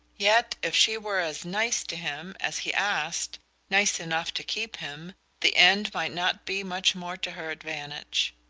yet if she were as nice to him as he asked nice enough to keep him the end might not be much more to her advantage.